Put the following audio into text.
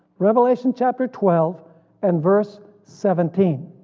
revelation chapter twelve and verse seventeen.